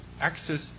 access